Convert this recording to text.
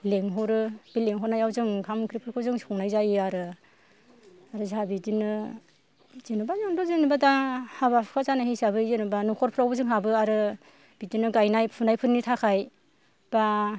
लेंहरो बे लेंहरनायाव जों ओंखाम ओंख्रिफोरखौ जों संनाय जायो आरो आरो जोंहा बिदिनो जेन'बा जोंथ' जेनोबा दा हाबा हुखा जानाय हिसाबै जेनोबा न'खरफ्रावबो जोंहाबो आरो बिदिनो गायनाय फुनायफोरनि थाखाय बा